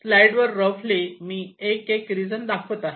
slide वर रफली मी एक एक रिजन दाखवत आहे